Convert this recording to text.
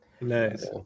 nice